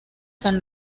san